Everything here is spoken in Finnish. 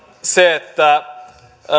se että